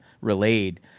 relayed